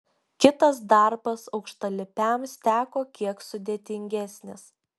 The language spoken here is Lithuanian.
kitas darbas aukštalipiams teko kiek sudėtingesnis